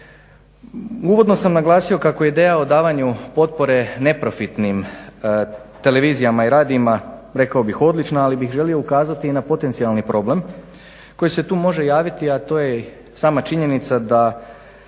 Uvodno sam naglasio kako je ideja o davanju potpore neprofitnim tv-ima i radijima odlična, ali bih želio ukazati i na potencijalni problem koji se tu može javiti, a to je sama činjenica da